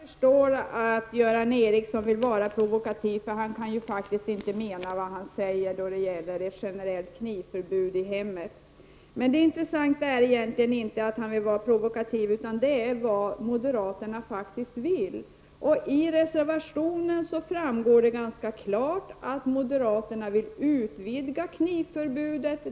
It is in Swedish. Herr talman! Jag förstår att Göran Ericsson vill vara provoaktiv, för han kan ju faktiskt inte mena vad han säger beträffande ett generellt knivförbud i hemmet. Det intressanta är egentligen inte att han vill vara provoaktiv, utan det är vad moderaterna faktiskt vill. Av reservationen framgår det ganska klart att moderaterna vill utvidga knivförbudet.